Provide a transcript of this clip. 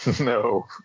no